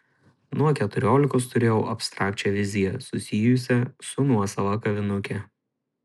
nuo keturiolikos turėjau abstrakčią viziją susijusią su nuosava kavinuke